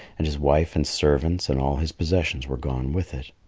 and his wife and servants and all his possessions were gone with it.